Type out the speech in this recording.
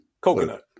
Coconut